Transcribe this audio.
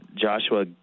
Joshua